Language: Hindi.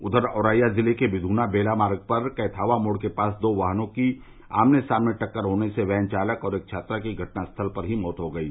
उधर औरैया जिले के विधना बेला मार्ग पर कैथावा मोड़ के पास दो वाहनों की आमने सामने टक्कर होने से वैन चालक और एक छात्रा की घटनास्थल पर ही मौत हो गयी